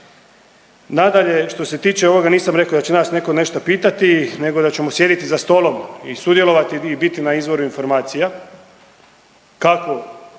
Nadalje, što se tiče ovoga nisam rekao da će nas netko nešto pitati nego da ćemo sjediti za stolom i sudjelovati i biti na izvoru informacija kako